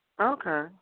Okay